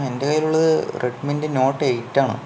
എൻ്റെ കയ്യിൽ ഉള്ളത് റെഡ്മിൻ്റെ നോട്ട് ഏയ്റ്റാണ്